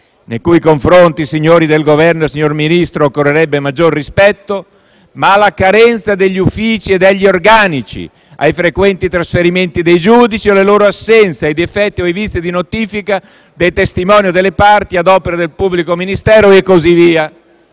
della quale, signori del Governo, signor Ministro, occorrerebbe maggior rispetto - ma alle carenze degli uffici e degli organici, ai frequenti trasferimenti dei giudici o alle loro assenze, ai difetti o ai vizi di notifica dei testimoni o delle parti ad opera del pubblico ministero e così via.